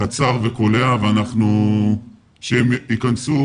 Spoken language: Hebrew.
קצר וקולע ושהם ייכנסו